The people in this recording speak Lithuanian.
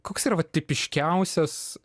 koks yra va tipiškiausias